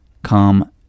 Come